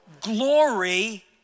Glory